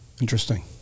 interesting